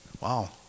Wow